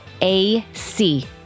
AC